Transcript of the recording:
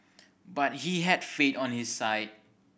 but he had faith on his side